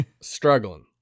struggling